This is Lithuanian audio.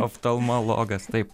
oftalmologas taip